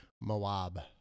Moab